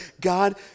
God